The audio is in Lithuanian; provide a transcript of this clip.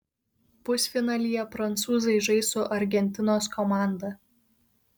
pusfinalyje prancūzai žais su argentinos komanda